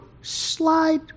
slide